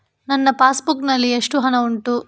ನನ್ನ passbook ನಲ್ಲಿ ಎಷ್ಟು ಹಣ ಉಂಟು?